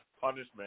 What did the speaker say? punishment